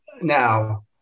now